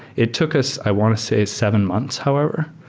it took us i want to say seven months however,